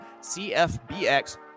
CFBX